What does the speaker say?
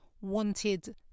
wanted